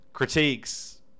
Critiques